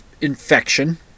infection